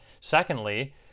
Secondly